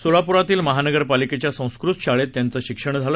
सोलापुरातील महानगर पालिकेच्या संस्कृत शाळेत त्यांचे शिक्षण झाले